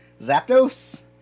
Zapdos